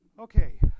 Okay